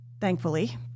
thankfully